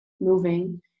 moving